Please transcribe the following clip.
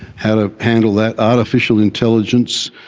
how to handle that, artificial intelligence,